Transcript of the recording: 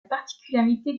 particularité